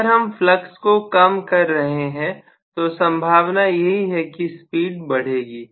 अगर हम फ्लक्स को कम कर रहे हैं तो संभावना यही है कि स्पीड बढ़ेगी